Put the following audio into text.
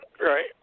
Right